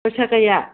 ꯄꯩꯁꯥ ꯀꯌꯥ